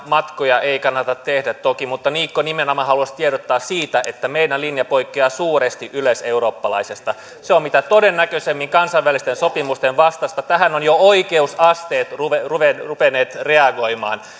matkoja ei kannata tehdä toki mutta niikko nimenomaan haluaisi tiedottaa siitä että meidän linjamme poikkeaa suuresti yleiseurooppalaisesta se on mitä todennäköisimmin kansainvälisten sopimusten vastaista tähän ovat jo oikeusasteet ruvenneet ruvenneet reagoimaan